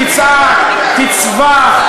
תצעק, תצווח.